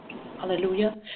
Hallelujah